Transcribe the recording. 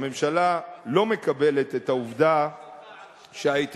הממשלה לא מקבלת את העובדה שההתיישבות